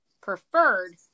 preferred